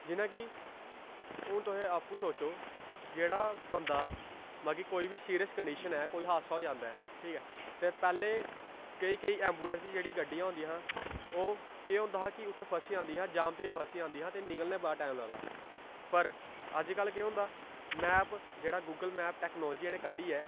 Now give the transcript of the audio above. जि'यां कि हून तुस आपूं सोचो जेह्ड़ा बंदा मतलब कि कोई बी सीरियस कंडीशन ऐ कोई हादसा हो जांदा ऐ ठीक ऐ ते पैह्लें केईं केईं ऐंम्बूलैंस जेह्ड़ी गड्डियां होंदियां हां ओह् केह् होंदा हा कि उत्थै फसी जांदियां हां जाम च फसी जंदियां हां ते निकलने बड़ा टैम लगदा हा पर अजकल्ल केह् होंदा मैप जेह्ड़ा गूगल मैप टैक्नालोजी इ'नें क'ड्डी ऐ